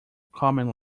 coming